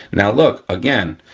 now, look, again,